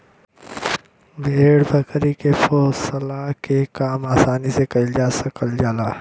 भेड़ बकरी के पोसला के काम आसानी से कईल जा सकल जाला